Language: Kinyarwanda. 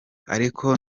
ariko